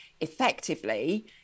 effectively